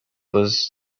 was